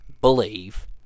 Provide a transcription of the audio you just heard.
believe